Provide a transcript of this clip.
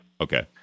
Okay